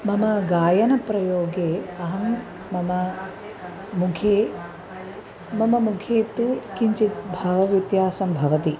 मम गायनप्रयोगे अहं मम मुखे मम मुखे तु किञ्चित् भावव्यत्यासं भवति